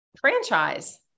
franchise